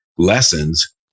lessons